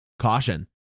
Caution